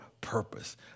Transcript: purpose